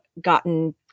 gotten